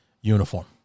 uniform